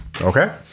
Okay